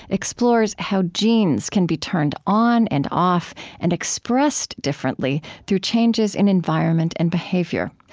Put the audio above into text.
explores how genes can be turned on and off and expressed differently, through changes in environment and behavior.